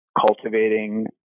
cultivating